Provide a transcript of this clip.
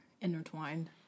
intertwined